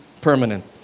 permanent